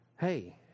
Hey